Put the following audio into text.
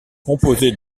composée